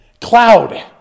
cloud